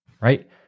right